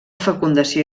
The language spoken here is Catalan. fecundació